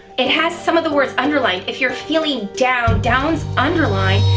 it has some of the words underlined. if you're feeling down, down's underlined.